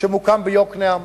שמוקם ביוקנעם,